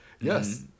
yes